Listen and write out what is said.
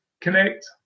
connect